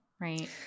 right